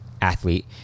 athlete